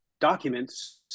documents